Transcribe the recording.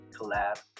collab